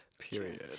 period